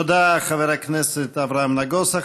תודה, חבר הכנסת אברהם נגוסה.